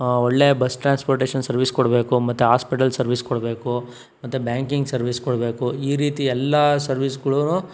ಒಳ್ಳೆ bus transportation service ಕೊಡಬೇಕು ಮತ್ತೆ ಹಾಸ್ಪಿಟಲ್ ಸರ್ವಿಸ್ ಕೊಡಬೇಕು ಮತ್ತೆ ಬ್ಯಾಂಕಿಂಗ್ ಸರ್ವಿಸ್ ಕೊಡಬೇಕು ಈ ರೀತಿ ಎಲ್ಲ ಸರ್ವಿಸ್ಗಳೂನು